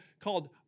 called